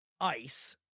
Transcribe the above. ice